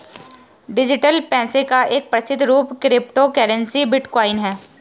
digital पैसे का एक प्रसिद्ध रूप क्रिप्टो करेंसी बिटकॉइन है